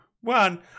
one